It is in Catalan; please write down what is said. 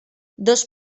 dos